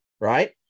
right